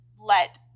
let